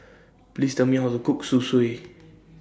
Please Tell Me How to Cook Zosui